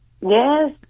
Yes